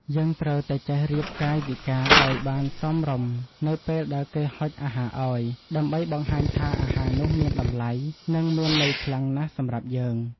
យើងត្រូវតែចេះរៀបកាយវិការឱ្យបានសមរម្យនៅពេលដែលគេហុចអាហារឱ្យ ដើម្បីបង្ហាញថាអាហារនោះមានតម្លៃ និងមានន័យខ្លាំងណាស់សម្រាប់យើង។